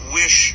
wish